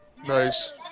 Nice